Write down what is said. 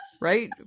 right